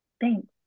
Thanks